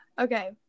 Okay